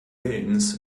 willens